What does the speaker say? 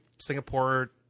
Singapore